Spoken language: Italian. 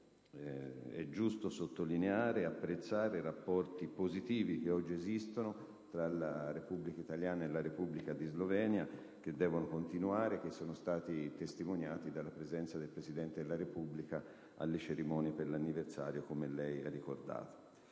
è giusto sottolineare e apprezzare i rapporti positivi che oggi esistono tra la Repubblica italiana e la Repubblica di Slovenia, che devono continuare e che, come lei stessa ha ricordato, sono stati testimoniati dalla presenza del Presidente della Repubblica alle cerimonie per l'anniversario. **Sulla Relazione